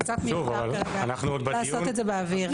זה קצת מיותר כרגע לעשות את זה באוויר.